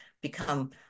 become